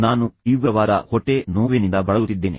ನಾನು ತೀವ್ರವಾದ ಹೊಟ್ಟೆ ನೋವಿನಿಂದ ಬಳಲುತ್ತಿದ್ದೇನೆ